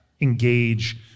engage